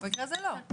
במקרה הזה לא.